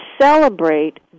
celebrate